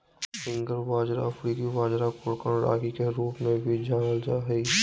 finger बाजरा अफ्रीकी बाजरा कोराकन रागी के रूप में भी जानल जा हइ